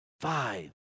Five